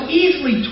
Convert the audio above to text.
easily